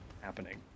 happening